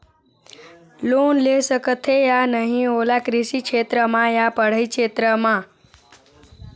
Loan ले सकथे या नहीं ओला कृषि क्षेत्र मा या पढ़ई के क्षेत्र मा?